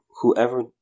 whoever